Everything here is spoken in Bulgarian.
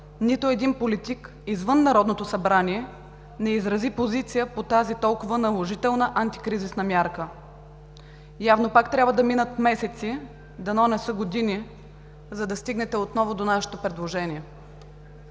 нито един политик извън Народното събрание не изрази позиция по тази толкова наложителна антикризисна мярка. Явно пак трябва да минат месеци – дано не са години, за да стигнете отново до нашето предложение.